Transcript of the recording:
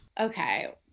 okay